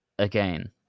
Again